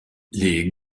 les